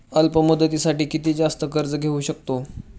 अल्प मुदतीसाठी किती जास्त कर्ज घेऊ शकतो?